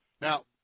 Now